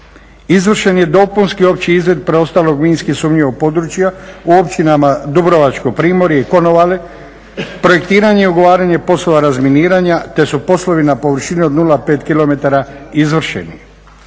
Izvršen je dopusni opći izved preostalog minski sumnjivog područja u općinama Dubrovačko Primorje i Konavle, projektiranje i ugovaranje poslova razminiranja te su poslovi na površini od 0,5 km izvršeni.